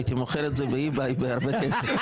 הייתי מוכר את זה ב- eBayבהרבה כסף...